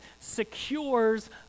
secures